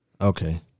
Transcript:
Okay